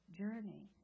journey